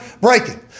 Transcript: breaking